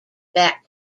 back